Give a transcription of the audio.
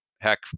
heck